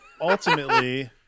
ultimately